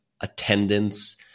attendance